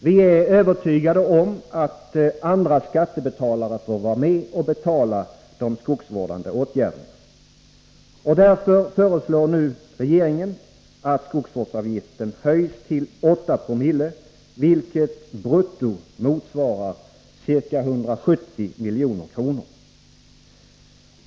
Vi är övertygade om att andra skattebetalare får vara med och betala de skogsvårdande åtgärderna. Därför föreslår regeringen nu att skogsvårdsavgiften höjs till 8 Z6o, vilket brutto motsvarar ca 170 milj.kr.